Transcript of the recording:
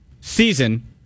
season